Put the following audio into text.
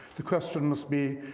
the question must be,